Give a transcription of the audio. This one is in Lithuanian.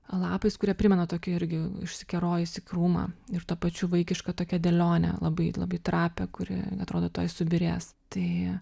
lapais kurie primena tokį irgi išsikerojusį krūmą ir tuo pačiu vaikišką tokią dėlionę labai labai trapią kuri atrodo tuoj subyrės tai